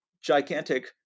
gigantic